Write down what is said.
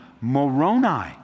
Moroni